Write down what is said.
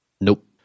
Nope